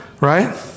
right